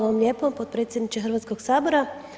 Hvala lijepo potpredsjedniče Hrvatskog sabora.